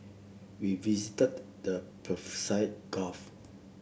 we visited the Persian Gulf